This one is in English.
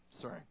Sorry